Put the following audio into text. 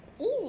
Easy